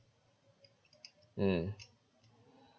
mm